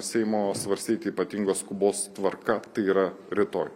seimo svarstyti ypatingos skubos tvarka tai yra rytoj